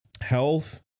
health